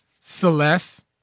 Celeste